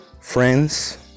Friends